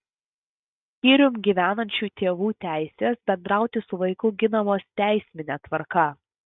skyrium gyvenančių tėvų teisės bendrauti su vaiku ginamos teismine tvarka